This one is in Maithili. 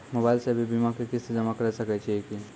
मोबाइल से भी बीमा के किस्त जमा करै सकैय छियै कि?